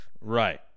Right